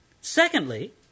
Secondly